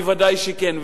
ודאי שכן.